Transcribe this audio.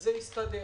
זה יסתדר.